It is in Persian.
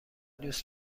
دوست